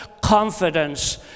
confidence